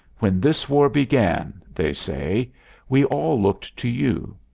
when this war began they say we all looked to you.